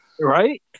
Right